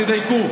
תדייקו.